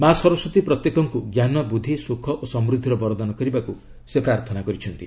ମା' ସରସ୍ୱତୀ ପ୍ରତ୍ୟେକଙ୍କୁ ଜ୍ଞାନ ବୁଦ୍ଧି ସୁଖ ଓ ସମୃଦ୍ଧିର ବରଦାନ କରିବାକୁ ସେ ପ୍ରାର୍ଥନା କରିଛନ୍ତି